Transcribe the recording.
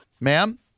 Ma'am